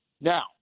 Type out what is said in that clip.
Now